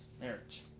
marriage